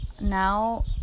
now